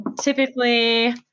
Typically